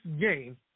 game